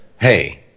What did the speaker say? hey